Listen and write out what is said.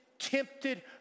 tempted